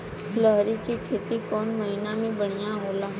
लहरी के खेती कौन महीना में बढ़िया होला?